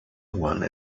one